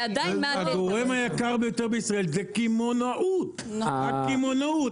הגורם היקר ביותר בישראל זה קמעונאות, הקמעונאות.